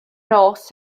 nos